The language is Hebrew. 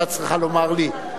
את זה את צריכה לומר לי,